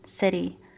city